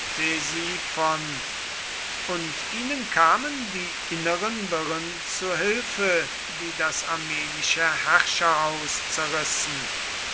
und ihnen kamen die inneren wirren zu hilfe die das armenische herrscherhaus zerrissen